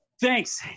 Thanks